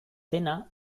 dena